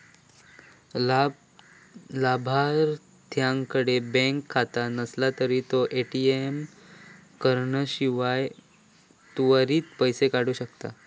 लाभार्थ्याकडे बँक खाता नसला तरी तो ए.टी.एम कार्डाशिवाय त्वरित पैसो काढू शकता